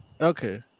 Okay